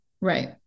right